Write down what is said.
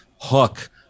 Hook